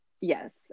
Yes